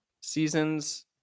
seasons